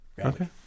Okay